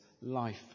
life